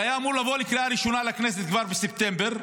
שהיה אמור לבוא לקריאה הראשונה לכנסת כבר בספטמבר,